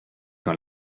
dans